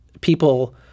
people